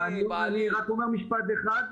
אני רק אומר משפט אחד.